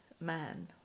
man